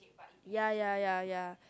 ya ya ya